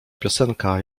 piosenka